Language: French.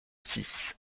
six